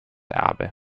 erbe